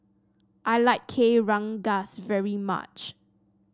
I like Kueh Rengas very much